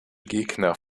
gegner